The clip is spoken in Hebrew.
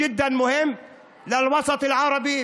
(אומר דברים בשפה הערבית,